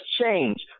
changed